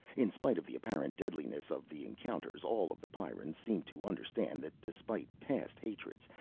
in spite of the apparent deadliness of the encounters all of the pyrrans seemed to understand that, despite past hatreds,